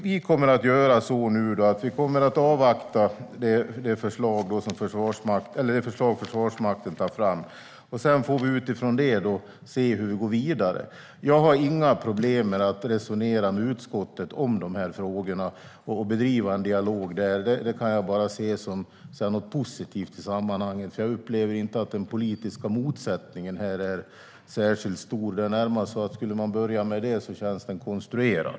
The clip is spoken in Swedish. Vi kommer nu att avvakta det förslag som Försvarsmakten tar fram. Sedan får vi utifrån detta se hur vi går vidare. Jag har inga problem med att resonera med utskottet om de här frågorna och bedriva en dialog där. Det kan jag bara se som positivt i sammanhanget. Jag upplever inte att den politiska motsättningen här är särskilt stor. Snarare känns den konstruerad.